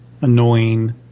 annoying